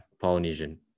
Polynesian